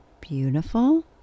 Beautiful